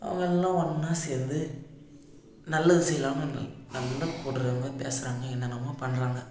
அவங்க எல்லாம் ஒன்னா சேர்ந்து நல்லது செய்யலாம்ல நீ நம்மகிட்ட போடுறவங்க பேசுகிறாங்க என்னென்னமோ பண்ணுறாங்க